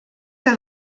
que